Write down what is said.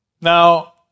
Now